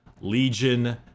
Legion